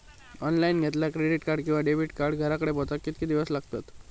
Online घेतला credit card किंवा debit card घराकडे पोचाक कितके दिस लागतत?